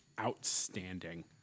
outstanding